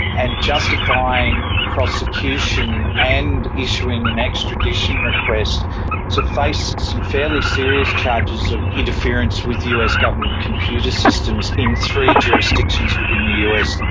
and justifying prosecution and issuing an extradition request to face some fairly serious charges of interference with us government computer systems in three jurisdictions within the us.